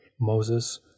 Moses